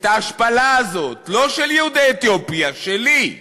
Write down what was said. את ההשפלה הזאת, לא של יהודי אתיופיה, שלי,